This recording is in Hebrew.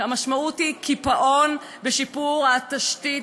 המשמעות היא קיפאון בשיפור התשתית,